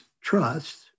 trust